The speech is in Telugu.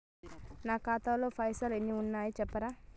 నా ఖాతా లా పైసల్ ఎన్ని ఉన్నాయో చెప్తరా?